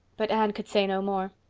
but anne could say no more.